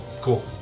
Cool